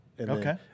Okay